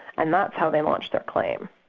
and that's how they launched their claim.